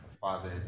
Father